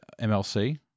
MLC